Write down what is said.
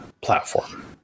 platform